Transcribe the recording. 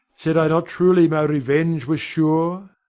said i not truly my revenge was sure?